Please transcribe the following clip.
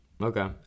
Okay